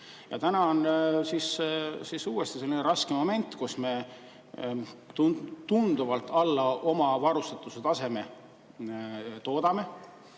Ja täna on uuesti selline raske moment, kus me tunduvalt alla oma varustatuse taseme toodame.